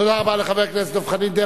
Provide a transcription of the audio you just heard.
תודה רבה לחבר הכנסת דב חנין.